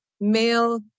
male